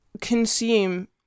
consume